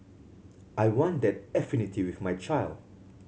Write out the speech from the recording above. I want that affinity with my child